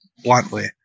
bluntly